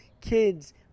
kids